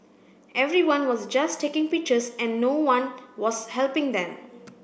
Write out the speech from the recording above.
everyone was just taking pictures and no one was helping them